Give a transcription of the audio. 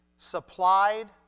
supplied